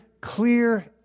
clear